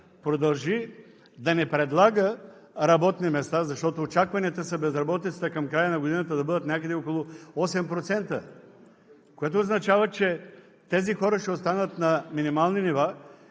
продължи да не предлага работни места, защото очакванията са безработицата към края на годината да бъде някъде около 8%, което означава, че тези хора ще останат на минимални нива